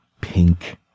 pink